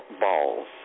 Balls